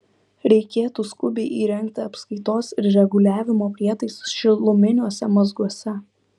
reikėtų skubiai įrengti apskaitos ir reguliavimo prietaisus šiluminiuose mazguose